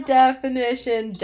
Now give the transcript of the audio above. definition